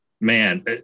man